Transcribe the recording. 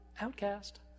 outcast